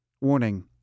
Warning